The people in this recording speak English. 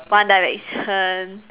one direction